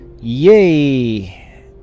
yay